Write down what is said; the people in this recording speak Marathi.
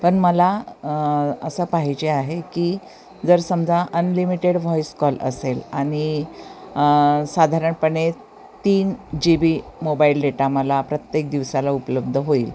पण मला असं पाहिजे आहे की जर समजा अनलिमिटेड व्हॉईस कॉल असेल आणि साधारणपणे तीन जी बी मोबाईल डेटा मला प्रत्येक दिवसाला उपलब्ध होईल